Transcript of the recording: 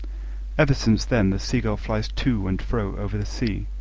ever since then the seagull flies to and fro over the sea,